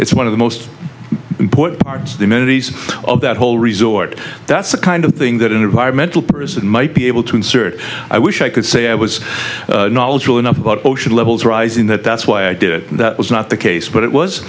it's one of the most important parts of the amenities of that whole resort that's the kind of thing that an environmental person might be able to insert i wish i could say i was knowledgeable enough about ocean levels rising that that's why i did that was not the case but it was